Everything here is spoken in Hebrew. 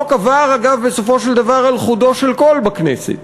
החוק עבר בסופו של דבר על חודו של קול בכנסת.